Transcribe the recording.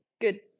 good